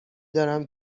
دارم